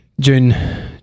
June